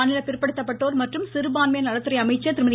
மாநில பிற்படுத்தப்பட்டோர் மற்றும் சிறுபான்மையினர் நலத்துறை அமைச்சர் திருமதி